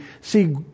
see